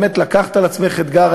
באמת לקחת על עצמך אתגר.